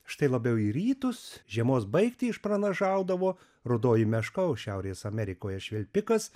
štai labiau į rytus žiemos baigtį išpranašaudavo rudoji meška o šiaurės amerikoje švilpikas